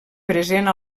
present